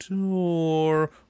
door